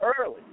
early